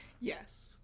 Yes